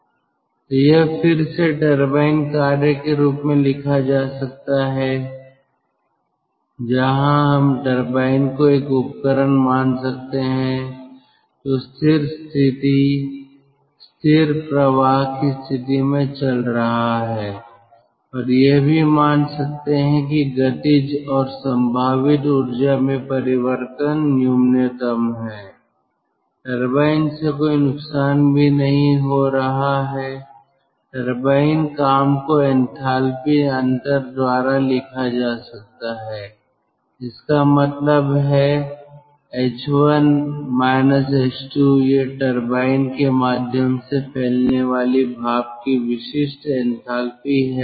तो यह फिर से टरबाइन कार्य के रूप में लिखा जा सकता है जहां हम टरबाइन को एक उपकरण मान सकते हैं जो स्थिर स्थिति स्थिर प्रवाह की स्थिति में चल रहा है और यह भी मान सकते है कि गतिज और संभावित ऊर्जा में परिवर्तन न्यूनतम हैं टरबाइन से कोई नुकसान भी नहीं हो रहा है टरबाइन काम को एंथैल्पी अंतर द्वारा लिखा जा सकता है इसका मतलब है यह टरबाइन के माध्यम से फैलने वाली भाप की विशिष्ट एंथैल्पी है